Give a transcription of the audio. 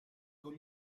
con